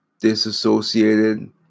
disassociated